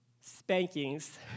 spankings